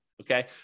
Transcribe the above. Okay